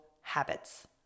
habits